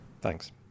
Thanks